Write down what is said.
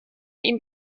ihm